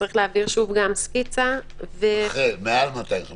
צריך להעביר סקיצה --- החל מעל 250 איש.